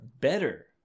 better